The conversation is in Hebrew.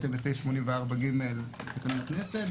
בהתאם לסעיף 84 ג בתקנון הכנסת.